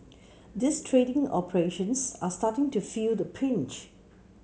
these trading operations are starting to feel the pinch